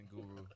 guru